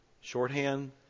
Shorthand